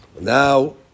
Now